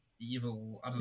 evil